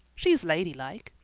she's ladylike.